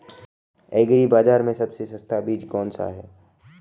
Agree बाज़ार में सबसे सस्ता बीज कौनसा है?